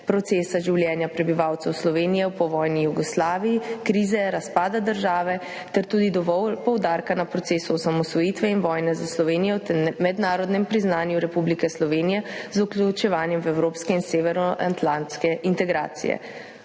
procesa življenja prebivalcev Slovenije v povojni Jugoslaviji, krize, razpada države, ter je tudi dovolj poudarka na procesu osamosvojitve in vojne za Slovenijo ter mednarodnem priznanju Republike Slovenije z vključevanjem v evropske in severnoatlantske integracije.